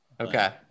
okay